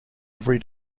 every